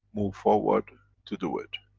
move forward to do it.